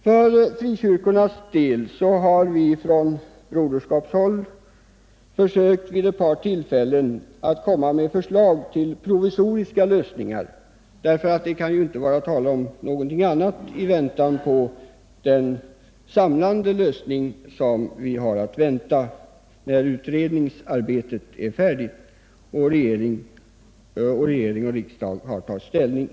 För frikyrkornas del har vi från Broderskapsrörelsens sida vid ett par tillfällen försökt komma med förslag till provisoriska lösningar — det kan ju inte vara tal om något annat i avvaktan på den samlande lösning som vi har att vänta när utredningsarbetet är färdigt och regering och riksdag tagit ställning.